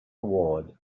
award